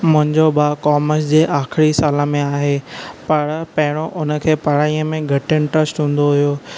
मुंहिंजो भाउ कोमर्स जे आख़िरी साल में आहे पर पहिरियों उन खे पढ़ाईअ में घटि इंट्रेस्ट हूंदो हुयो